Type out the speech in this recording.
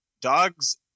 dogs